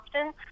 often